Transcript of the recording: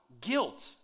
guilt